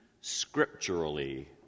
scripturally